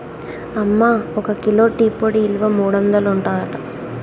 అమ్మ ఒక kilo tea పొడి ఇలువ మూడొందలు ఉంటదట